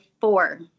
four